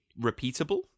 repeatable